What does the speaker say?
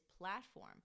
platform